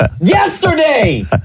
yesterday